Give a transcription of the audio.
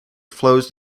flows